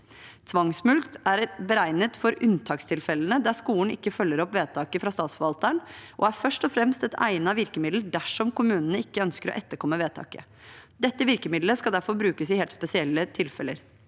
Tvangsmulkt er beregnet for unntakstilfellene der skolen ikke følger opp vedtaket fra statsforvalteren, og er først og fremst et egnet virkemiddel dersom kommunene ikke ønsker å etterkomme vedtaket. Dette virkemiddelet skal derfor brukes i helt spesielle tilfeller.